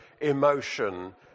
emotion